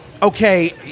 Okay